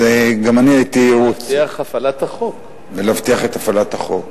גם אני הייתי, ולהבטיח את הפעלת החוק.